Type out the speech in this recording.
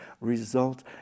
result